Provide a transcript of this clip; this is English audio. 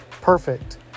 Perfect